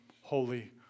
holy